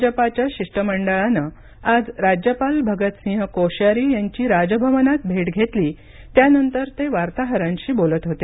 भाजपाच्या शिष्टमंडळानं आज राज्यपाल भगतसिंह कोश्यारी यांची राजभवनात भेट घेतली त्यानंतर ते वार्ताहरांशी बोलत होते